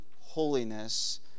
holiness